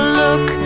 look